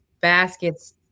baskets